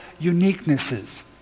uniquenesses